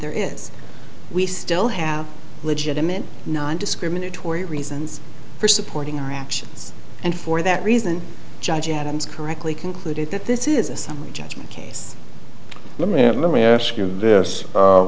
there is we still have legitimate nondiscriminatory reasons for supporting our actions and for that reason judge adams correctly concluded that this is a summary judgment case let me ask you this